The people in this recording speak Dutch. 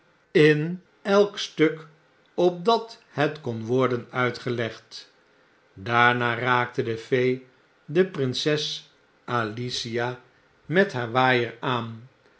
in elk stuk opdat bet kon worden uitgelegd daarna raakte de fee de prinses alicia met haar waaier aan